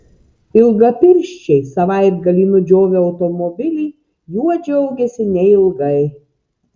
ilgapirščiai savaitgalį nudžiovę automobilį juo džiaugėsi neilgai